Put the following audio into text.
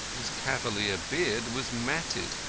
his cavalier beard was matted,